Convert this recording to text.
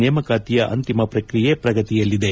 ನೇಮಕಾತಿಯ ಅಂತಿಮ ಪ್ರಕ್ರಿಯೆ ಪ್ರಗತಿಯಲ್ಲಿದೆ